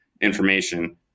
information